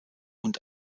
und